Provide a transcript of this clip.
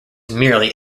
merely